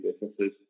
businesses